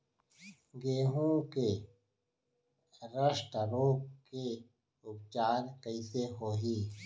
गेहूँ के रस्ट रोग के उपचार कइसे होही?